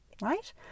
right